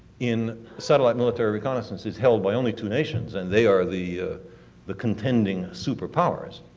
in satellite military reconnaissance is held by only two nations and they are the the contending superpowers,